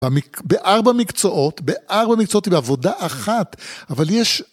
בארבע מקצועות, בארבע מקצועות היא בעבודה אחת, אבל יש...